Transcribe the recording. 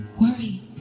worry